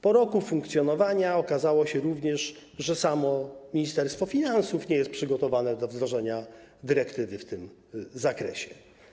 Po roku funkcjonowania okazało się również, że samo Ministerstwo Finansów nie jest przygotowane do wdrożenia dyrektywy w tym zakresie.